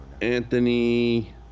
Anthony